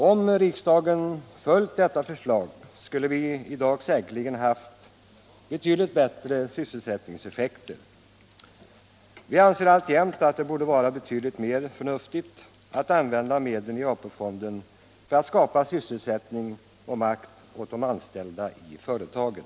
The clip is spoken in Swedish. Om riksdagen hade följt detta förslag skulle vi i dag säkerligen ha haft bättre sysselsättningseffekter. Vi anser alltjämt att det borde vara betydligt förnuftigare att använda medlen i AP-fonden för att skapa sysselsättning och makt åt de anställda i företagen.